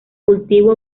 cultivo